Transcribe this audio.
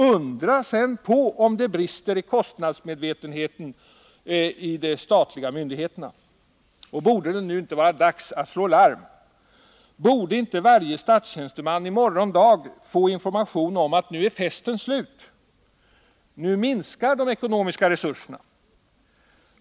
Undra sedan på om det brister i kostnadsmedvetenheten i statliga myndigheter! Borde det inte vara dags nu att slå larm? Borde inte varje statstjänsteman i morgon dag få information om att nu är festen slut, nu minskar de ekonomiska resurserna?